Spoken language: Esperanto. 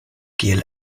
kiel